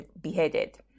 beheaded